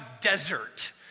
desert